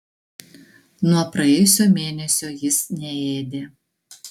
nuo praėjusio mėnesio jis neėdė